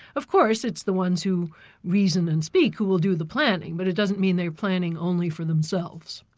of course, it's the ones who reason and speak who will do the planning, but it doesn't mean they're planning only for themselves.